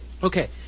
Okay